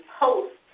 post